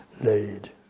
Laid